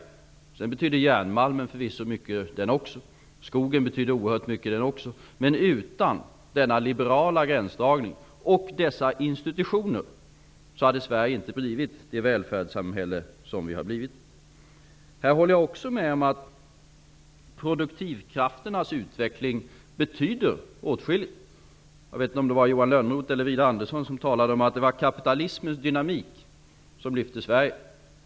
Förvisso betydde också järnmalmen och skogen sedan oerhört mycket, men utan denna liberala gränsdragning och dess institutioner hade Sverige inte blivit det välfärdssamhälle som det har blivit. Jag håller också med om att produktivkrafternas utveckling betyder åtskilligt. Johan Lönnroth eller Widar Andersson talade om att det var kapitalismens dynamik som lyfte Sverige.